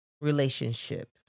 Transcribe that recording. relationship